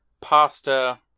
pasta